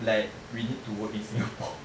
like we need to work in singapore